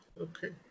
Okay